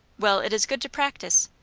well, it is good to practise.